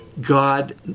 God